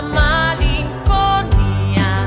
malinconia